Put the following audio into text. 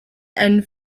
and